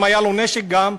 ואם היה לו נשק גם,